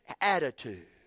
attitude